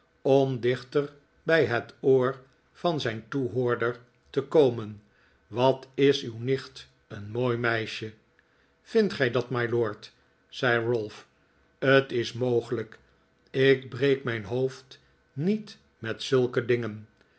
om dichter bij het oor van zijn toehoorder te komen wat is uw nicht een mooi meisje vindt gij dat mylord zei ralph t is mogelijk ik breek mijn hoofd niet met zulke dingen